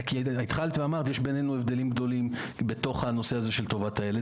התחלת ואמרת שיש בינינו הבדלים בתוך הנושא הזה של טובת הילד,